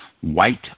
white